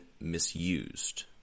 misused